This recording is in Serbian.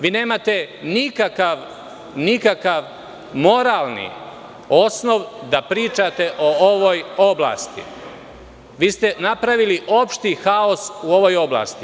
Vi nemate nikakav moralni osnov da pričate o ovoj oblasti, jer ste napravili opšti haos u ovoj oblasti.